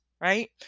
right